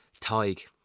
Tig